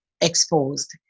exposed